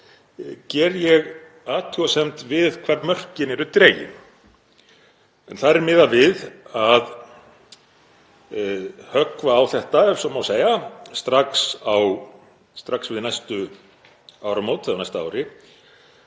vegar athugasemd við hvar mörkin eru dregin. Þar er miðað við að höggva á þetta, ef svo má segja, strax við næstu áramót, eða á næsta ári,